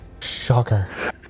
shocker